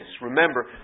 Remember